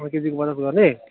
अलिकतिको मद्दत गर्ने